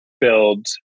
build